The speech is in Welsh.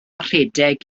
rhedeg